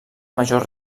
major